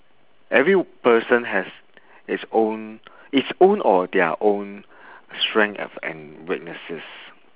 every person has it's own it's own or their own strength a~ and weaknesses